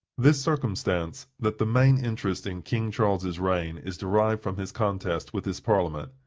this circumstance, that the main interest in king charles's reign is derived from his contest with his parliament,